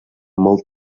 molt